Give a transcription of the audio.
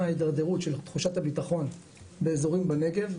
ההתדרדרות של תחושת הבטחון באזורים בנגב,